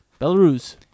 Belarus